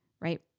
right